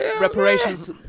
Reparations